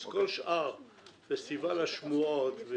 אז כל שאר פסטיבל השמועות,